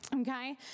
Okay